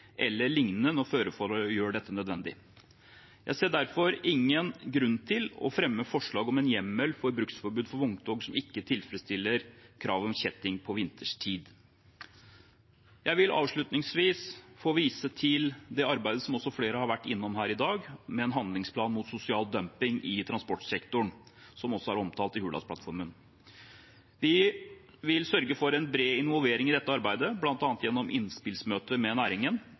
dette nødvendig. Jeg ser derfor ingen grunn til å fremme forslag om en hjemmel for bruksforbud for vogntog som ikke tilfredsstiller kravet om kjetting på vinterstid. Jeg vil avslutningsvis få vise til det arbeidet som flere har vært innom her i dag, med en handlingsplan mot sosial dumping i transportsektoren, noe som også er omtalt i Hurdalsplattformen. Vi vil sørge for en bred involvering i dette arbeidet, bl.a. gjennom innspillsmøte med næringen.